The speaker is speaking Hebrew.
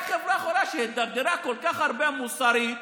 רק חברה חולה שכל כך הידרדרה מוסרית